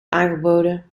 aangeboden